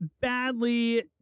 badly